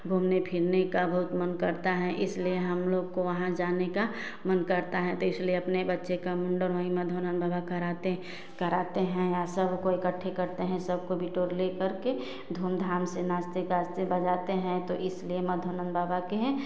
घूमने फिरने का बहुत मन करता है इसलिए हमलोग को वहाँ जाने का मन करता है तो इसलिए अपने बच्चे का मुण्डन वहीं माधवानन्द बाबा कराते कराते हैं और सबको इकठ्ठा करते हैं सबको बटोर ले करके धूमधाम से नाचते गाते बजाते हैं तो इसलिए माधवानन्द बाबा के